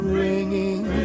ringing